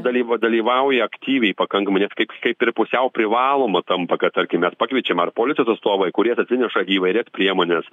dalyv dalyvauja aktyviai pakankamai nes kaip kaip ir pusiau privaloma tampa kad tarkim mes pakviečiam ar policijos atstovai kurie atsineša įvairias priemones